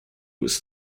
was